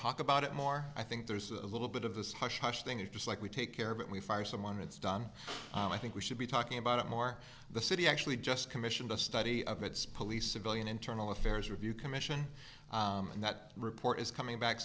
talk about it more i think there's a little bit of this hush hush thing is just like we take care of it we fire someone it's done i think we should be talking about it more the city actually just commissioned a study of its police civilian internal affairs review commission and that report is coming back